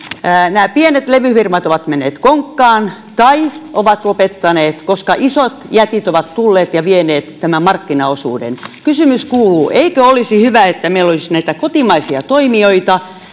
nämä pienet levyfirmat ovat menneet konkkaan tai ovat lopettaneet koska isot jätit ovat tulleet ja vieneet tämän markkinaosuuden kysymys kuuluu eikö olisi hyvä että meillä olisi kotimaisia toimijoita